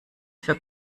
für